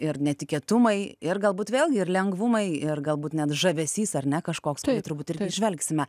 ir netikėtumai ir galbūt vėlgi ir lengvumai ir galbūt net žavesys ar ne kažkoks tai turbūt ir įžvelgsime